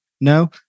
No